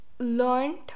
Learned